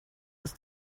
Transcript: ist